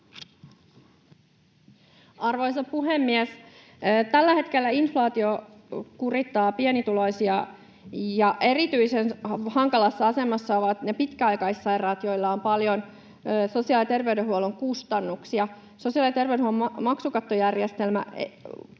Arvoisa puhemies! Tällä hetkellä inflaatio kurittaa pienituloisia, ja erityisen hankalassa asemassa ovat pitkäaikaissairaat, joilla on paljon sosiaali- ja terveydenhuollon kustannuksia. Sosiaali- ja terveydenhuollon maksukattojärjestelmä